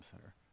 Center